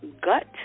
Gut